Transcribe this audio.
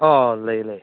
ꯑꯥ ꯂꯩꯌꯦ ꯂꯩꯌꯦ